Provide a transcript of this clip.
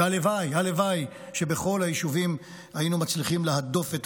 והלוואי הלוואי שבכל היישובים היינו מצליחים להדוף את